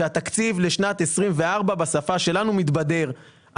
שהתקציב לשנת 24' בשפה שלנו מתבדר,